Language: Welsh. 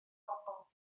bobl